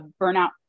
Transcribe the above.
burnout